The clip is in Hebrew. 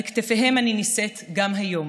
על כתפיהם אני נישאת גם היום